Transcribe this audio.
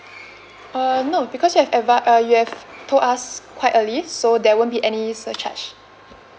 err no because you have advi~ uh you have told us quite early so there won't be any surcharge